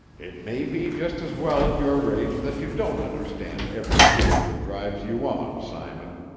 it may be just as well at your age that you don't understand every feeling that drives you on, simon.